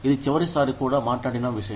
ఇది చివరి సారి కూడా మాట్లాడిన విషయం